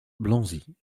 blanzy